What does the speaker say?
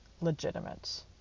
legitimate